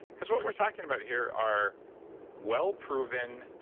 because what we're talking about here are wellproven,